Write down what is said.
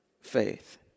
faith